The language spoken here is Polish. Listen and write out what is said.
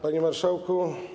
Panie Marszałku!